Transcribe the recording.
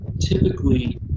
typically